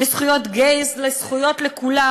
לזכויות גייז, לזכויות לכולם.